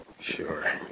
Sure